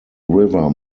river